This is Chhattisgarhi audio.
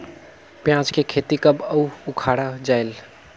पियाज के खेती कब अउ उखाड़ा जायेल?